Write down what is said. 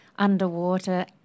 Underwater